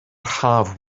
haf